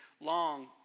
long